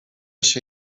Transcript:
się